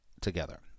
together